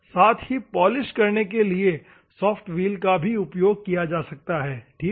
साथ ही पॉलिश करने के लिए सॉफ्ट व्हील का भी उपयोग किया जा सकता है ठीक है